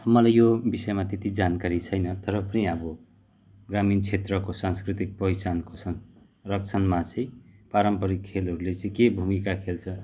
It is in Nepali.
मलाई यो विषयमा त्यति जानकारी छैन तर पनि अब ग्रामीण क्षेत्रको सांस्कृतिक पहिचानको संरक्षणमा चाहिँ पारम्परिक खेलहरूले चाहिँ के भूमिका खेल्छ